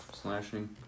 slashing